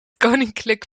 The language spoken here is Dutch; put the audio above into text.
koninklijk